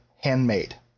handmade